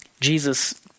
Jesus